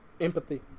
Empathy